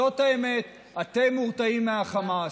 זאת האמת, אתם מורתעים מהחמאס,